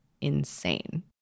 insane